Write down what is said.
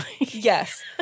Yes